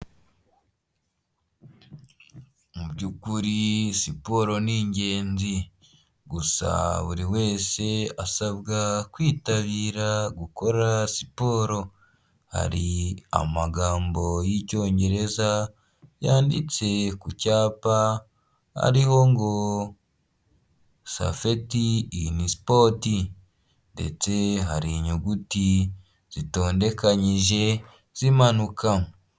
Mu byukuri siporo ni ingenzi gusa buri wese asabwa kwitabira gukora siporo ,hari amagambo y'icyongereza yanditse ku cyapa ariho ngo ''safety in sport ''ndetse hari inyuguti zitondekanyije zimanuka.